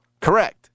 Correct